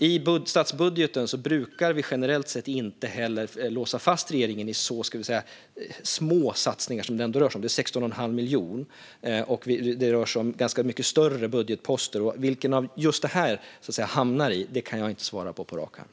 I statsbudgeten brukar vi generellt inte heller låsa fast regeringen i så "små" satsningar som det ändå rör sig som. Det är 16 1⁄2 miljon, och vi rör oss med ganska mycket större budgetposter. Vilken just detta hamnar i kan jag inte säga på rak arm.